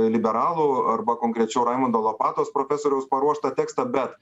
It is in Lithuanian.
liberalų arba konkrečiau raimundo lopatos profesoriaus paruoštą tekstą bet